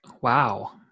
Wow